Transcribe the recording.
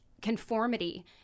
conformity